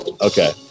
Okay